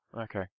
Okay